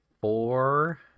four